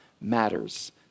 matters